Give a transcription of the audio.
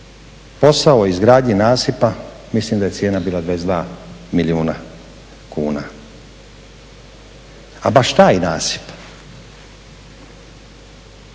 posao u izgradnji nasipa, mislim da je cijena bila 22 milijuna kuna. A baš taj nasip